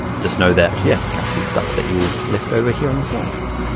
just know that yeah, you can't see stuff that you've left over here on the side.